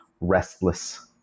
restless